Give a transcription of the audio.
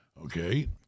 okay